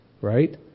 Right